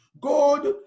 God